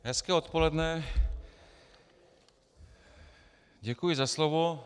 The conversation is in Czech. Hezké odpoledne, děkuji za slovo.